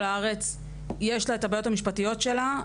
הארץ יש לה את הבעיות המשפטיות שלה,